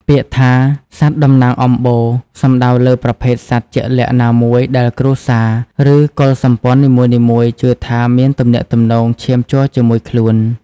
ពាក្យថា "សត្វតំណាងអំបូរ" សំដៅលើប្រភេទសត្វជាក់លាក់ណាមួយដែលគ្រួសារ ឬកុលសម្ព័ន្ធនីមួយៗជឿថាមានទំនាក់ទំនងឈាមជ័រជាមួយខ្លួន។